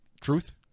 truth